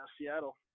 seattle